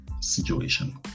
situation